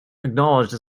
acknowledged